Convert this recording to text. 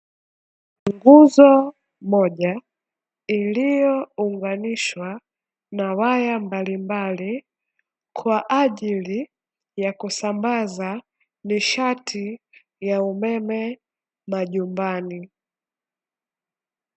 Nguzo moja iliyounganishwa na waya mbalimbali, kwa ajili ya kusambaza nishati ya umeme majumbani.